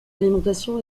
alimentation